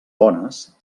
bones